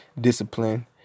Discipline